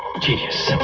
genius